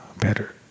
better